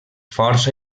força